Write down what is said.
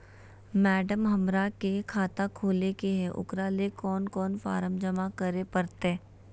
Madam, हमरा के खाता खोले के है उकरा ले कौन कौन फारम जमा करे परते?